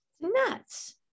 nuts